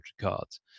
cards